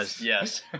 yes